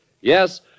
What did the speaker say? Yes